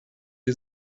die